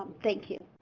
thank you.